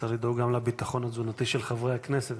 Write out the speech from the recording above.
צריך לדאוג גם לביטחון התזונתי של חברי הכנסת,